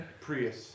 Prius